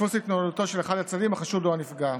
דפוס התנהגותו של אחד הצדדים, החשוד או הנפגע.